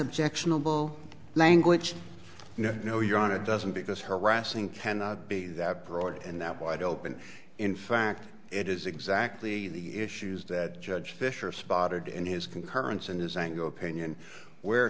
objectionable language no no you're on it doesn't because harassing can be that broad and that wide open in fact it is exactly the issues that judge fischer spotted in his concurrence and his angle opinion where